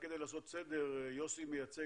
רק כדי לעשות סדר, דלק